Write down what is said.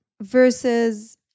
Versus